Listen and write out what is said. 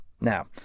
Now